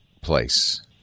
place